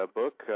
book